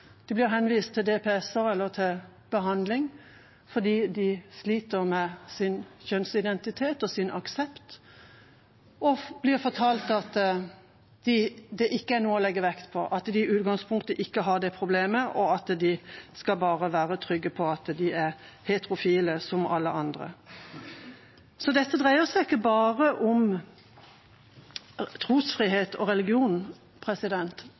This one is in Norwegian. de blir henvist til DPS-er eller til behandling fordi de sliter med sin kjønnsidentitet og sin aksept og blir fortalt at det ikke er noe å legge vekt på, at de i utgangspunktet ikke har det problemet, og at de bare skal være trygge på at de er heterofile som alle andre. Så dette dreier seg ikke bare om trosfrihet og religion.